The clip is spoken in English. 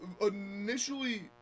initially